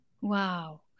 Wow